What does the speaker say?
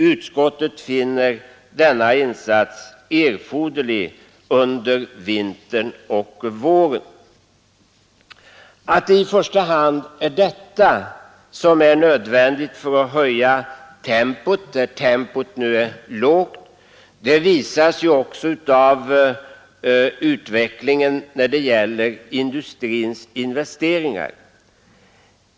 Utskottet finner denna insats erforderlig under vintern och våren.” Att det i första hand är detta som krävs för att höja tempot där det nu är lågt visar ju också utvecklingen av industrins investeringar.